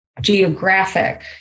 geographic